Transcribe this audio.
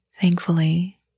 Thankfully